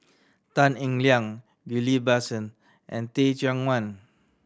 Tan Eng Liang Ghillie Basan and Teh Cheang Wan